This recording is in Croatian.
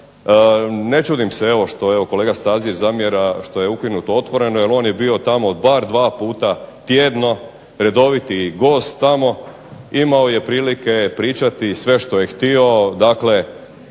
zamjera što je ukinuto Otvoreno jer on je bio tamo bar dva puta tjedno, redoviti gost tamo. Imao je prilike pričati sve što je htio,